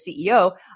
CEO